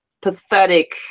pathetic